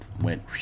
went